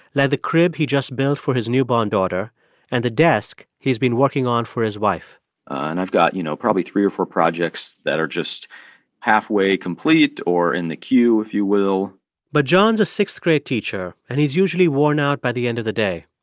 the crib he just built for his newborn daughter and the desk he's been working on for his wife and i've got, you know, probably three or four projects that are just halfway complete or in the queue, if you will but john's a sixth-grade teacher, and he's usually worn out by the end of the day.